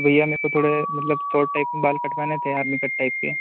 भैया मेको थोड़े मतलब सोट टाइप में बाल कटवाने थे आर्मी कट टाइप के